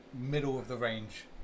middle-of-the-range